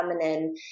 feminine